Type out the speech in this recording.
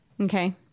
Okay